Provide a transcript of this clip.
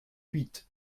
huit